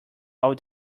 all